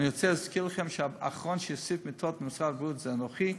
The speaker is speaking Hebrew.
אני רוצה להזכיר לכם שהאחרון שהוסיף מיטות בנושא הבריאות הוא אנוכי,